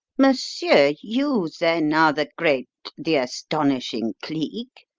monsieur, you then are the great, the astonishing cleek?